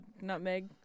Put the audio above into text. nutmeg